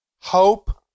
hope